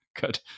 good